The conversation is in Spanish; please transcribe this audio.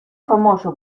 famoso